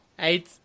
Eight